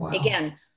Again